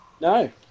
No